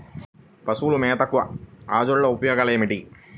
పశువుల మేతగా అజొల్ల ఉపయోగాలు ఏమిటి?